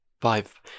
five